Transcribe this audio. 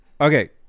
okay